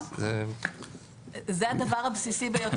נכון, זה הדבר הבסיסי ביותר.